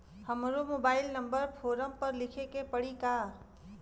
हमरो mobile number form पर लिखे के पड़ी का?